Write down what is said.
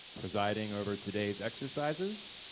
presiding over today's exercises,